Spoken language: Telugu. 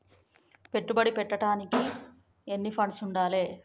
పెట్టుబడి పెట్టేటోనికి ఎన్ని ఫండ్స్ ఉండాలే?